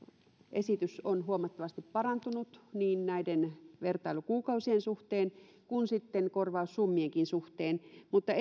esitys on huomattavasti parantunut niin näiden vertailukuukausien suhteen kuin korvaussummienkin suhteen mutta